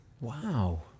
wow